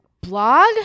blog